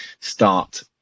start